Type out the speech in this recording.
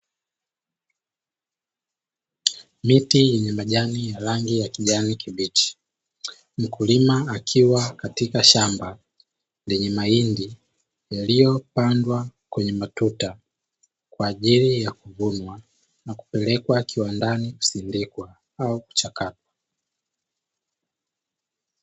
Miti yenye majani ya rangi ya kijani kibichi. Mkulima akiwa katika shamba lenye mahindi yaliyopandwa kwenye matuta kwa ajili ya kuvunwa na kupelekwa kiwandani kusindikwa au kuchakatwa.